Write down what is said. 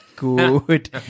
Good